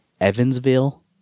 Evansville